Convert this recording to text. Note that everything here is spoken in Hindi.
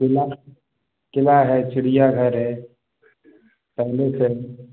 क़िला क़िला है चिड़ियाघर है पैलेस है